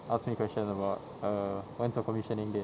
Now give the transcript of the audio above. ask me questions about err when is our commissioning date